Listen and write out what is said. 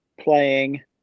playing